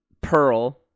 Pearl